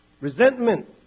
resentment